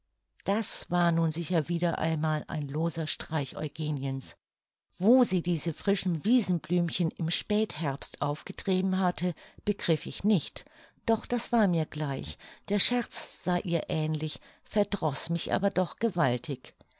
das war nun sicher wieder einmal ein loser streich eugeniens wo sie diese frischen wiesenblümchen im spätherbst aufgetrieben hatte begriff ich nicht doch das war mir gleich der scherz sah ihr ähnlich verdroß mich aber doch gewaltig